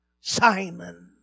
Simon